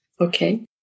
Okay